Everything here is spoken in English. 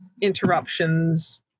interruptions